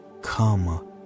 come